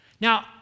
Now